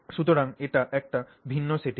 সুতরাং এটি একটি ভিন্ন সেটিং